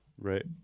Right